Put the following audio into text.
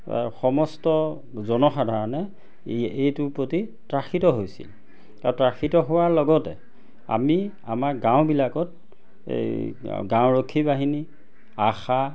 সমস্ত জনসাধাৰণে এইটোৰ প্ৰতি ত্ৰাসিত হৈছিল আৰু ত্ৰাসিত হোৱাৰ লগতে আমি আমাৰ গাঁওবিলাকত এই গাঁওৰক্ষী বাহিনী আশা